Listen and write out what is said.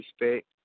respect